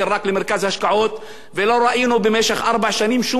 ולא ראינו במשך ארבע שנים שום דיון בכנסת על הדבר הזה.